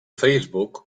facebook